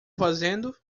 fazendo